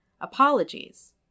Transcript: Apologies